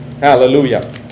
Hallelujah